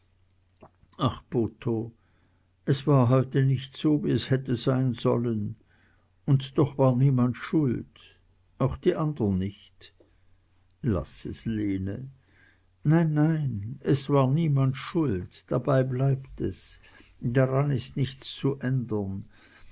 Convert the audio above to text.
ach botho es war heute nicht so wie's hätte sein sollen und doch war niemand schuld auch die andern nicht laß es lene nein nein es war niemand schuld dabei bleibt es daran ist nichts zu ändern